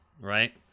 right